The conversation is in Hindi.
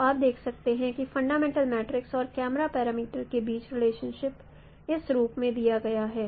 तो आप देख सकते हैं कि फंडामेंटल मैट्रिक्स और कैमरा पैरामीटरस के बीच रिलेशनशिप इस रूप में दिया गया है